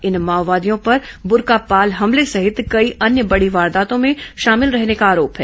इन माओवादियों पर बुर्कापाल हमले सहित कई अन्य बड़ी वारदातों में शामिल रहने का आरोप है